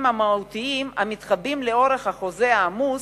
המהותיים המתחבאים לאורך החוזה העמוס.